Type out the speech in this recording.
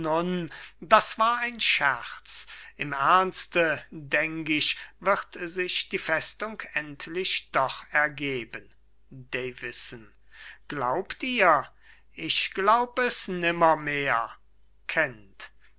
das war ein scherz im ernste denk ich wird sich die festung endlich doch ergeben davison glaubt ihr ich glaub es nimmermehr kent